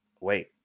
wait